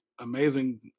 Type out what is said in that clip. Amazing